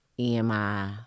EMI